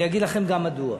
אני אגיד לכם גם מדוע.